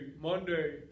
Monday